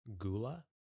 Gula